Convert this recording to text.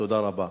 תודה רבה.